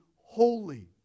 holy